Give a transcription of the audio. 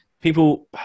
people